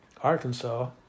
Arkansas